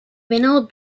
vinyl